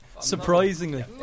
surprisingly